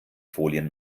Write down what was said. folien